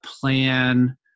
plan